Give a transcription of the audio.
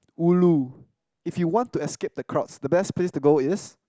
ulu if you want to escape the cross the best place to go is